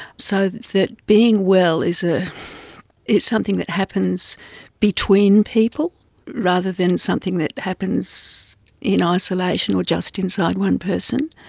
so that that being well is ah is something that happens between people rather than something that happens in ah isolation or just inside one person.